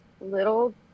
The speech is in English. little